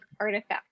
artifact